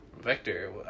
Vector